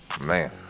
Man